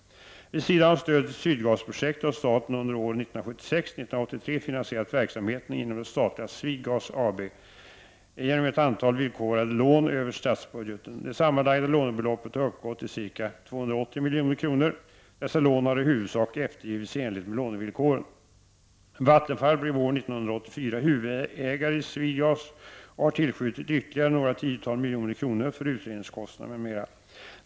Vid sidan av stödet till Sydgasprojektet har staten under åren 1976—1983 finansierat verksamheten inom det statliga SwedeGas AB genom ett antal villkorade lån över statsbudgeten. Det sammanlagda lånebeloppet har uppgått till ca 280 milj.kr. Dessa lån har i huvudsak eftergivits i enlighet med lånevillkoren. Vattenfall blev år 1984 huvudägare i SwedeGas och har tillskjutit ytterligare några tiotal miljoner kronor för utredningskostnader m.m.